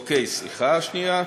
אוקיי, סליחה, שנייה.